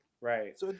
Right